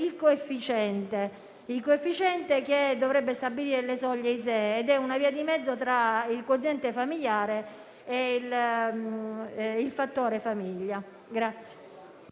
il coefficiente che dovrebbe stabilire le soglie ISEE, ed è una via di mezzo tra il quoziente familiare e il fattore famiglia.